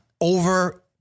over